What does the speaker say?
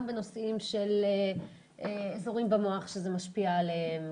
גם בנושאים של אזורים במוח שזה משפיע עליהם,